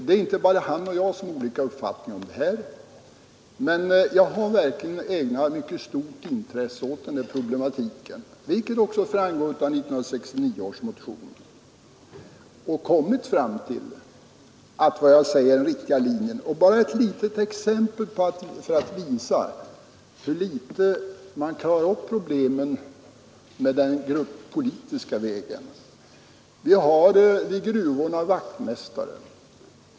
Det är bara så att han och jag har olika uppfattningar om den saken. Jag har verkligen ägnat stort intresse åt problematiken, vilket också framgår av 1969 års motion, och jag har kommit fram till att vad jag säger är en riktig linje. Jag vill bara anföra ett litet exempel för att visa i hur liten grad man löser problemen om man går på grupperna. Vid gruvorna finns det vaktmästare.